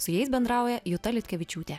su jais bendrauja juta liutkevičiūtė